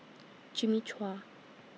Jimmy Chua